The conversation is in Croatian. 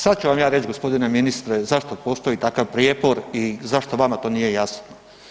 Sad ću vam ja reći g. ministre zašto postoji takav prijepor i zašto vama to nije jasno.